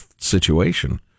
situation